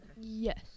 Yes